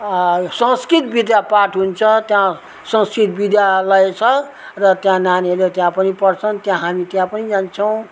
संस्कृत विद्या पाठ हुन्छ त्यहाँ संस्कृत विद्यालय छ र त्यहाँ नानीहरूले त्यहाँ पनि पढ्छन् त्यहाँ हामी त्यहाँ पनि जान्छौँ